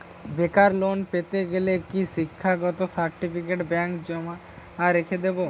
বেকার লোন পেতে গেলে কি শিক্ষাগত সার্টিফিকেট ব্যাঙ্ক জমা রেখে দেবে?